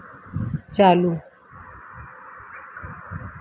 चालू